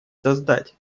создать